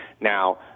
Now